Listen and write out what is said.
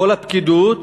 כל הפקידות,